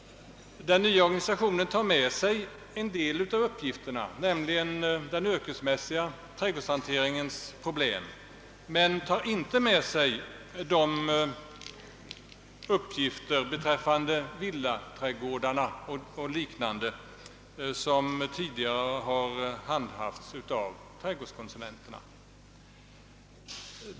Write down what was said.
Denna nya organisation tar med sig en del av uppgifterna, nämligen den yrkesmässiga trädgårdsnäringens problem, men inte de uppgifter beträffande villaträdgårdarna och liknande trädgårdar som tidigare har handhafts av trädgårdskonsulenterna.